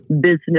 business